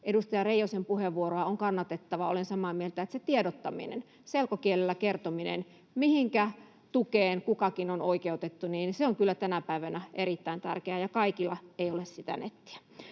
Edustaja Reijosen puheenvuoroa on kannatettava. Olen samaa mieltä, että se tiedottaminen, selkokielellä kertominen, mihinkä tukeen kukakin on oikeutettu, on kyllä tänä päivänä erittäin tärkeää, ja kaikilla ei ole sitä nettiä.